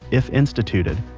if instituted,